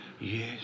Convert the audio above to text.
Yes